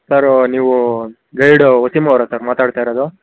ಸರೂ ನೀವು ಗೈಡು ವಾಸೀಮ ಅವ್ರಾ ಸರ್ ಮಾತಾಡ್ತ ಇರೋದು